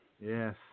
Yes